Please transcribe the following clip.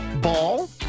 ball